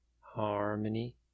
harmony